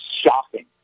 shocking